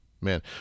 man